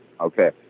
Okay